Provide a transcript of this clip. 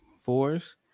fours